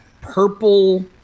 purple